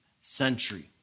century